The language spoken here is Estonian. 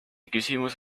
küsimus